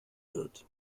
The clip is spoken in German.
wird